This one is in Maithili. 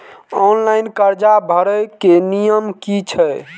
ऑनलाइन कर्जा भरे के नियम की छे?